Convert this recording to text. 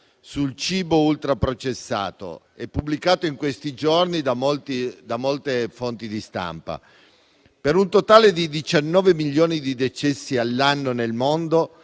sul cibo ultra-processato, pubblicato in questi giorni da molte fonti di stampa. Per un totale di 19 milioni di decessi all'anno nel mondo